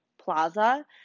Plaza